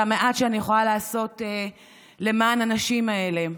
זה המעט שאני יכולה לעשות למען הנשים האלה.